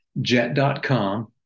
Jet.com